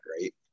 right